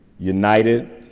united,